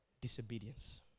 disobedience